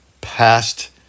past